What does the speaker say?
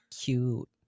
cute